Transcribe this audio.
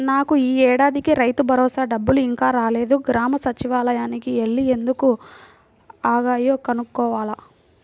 నాకు యీ ఏడాదికి రైతుభరోసా డబ్బులు ఇంకా రాలేదు, గ్రామ సచ్చివాలయానికి యెల్లి ఎందుకు ఆగాయో కనుక్కోవాల